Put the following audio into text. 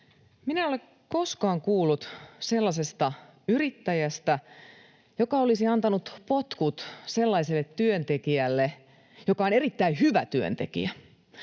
Minä en ole koskaan kuullut sellaisesta yrittäjästä, joka olisi antanut potkut sellaiselle työntekijälle, joka on erittäin hyvä työntekijä.